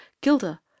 gilda